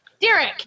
Derek